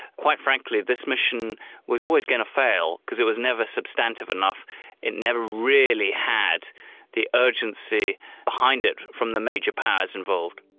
quite frankly, this mission was always going to fail, because it was never substantive enough it never really had the urgency behind it from the major powers involved.